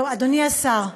טוב, אדוני השר,